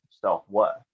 self-worth